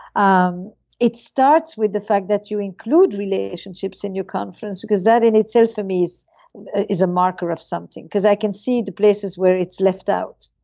um it starts with the fact that you include relationships in your conference because that in itself for me is is a marker of something because i can see the places where it's left out.